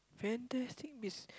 Fantastic-Beast